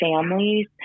families